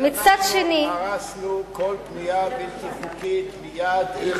אנחנו הרסנו כל בנייה בלתי חוקית מייד עם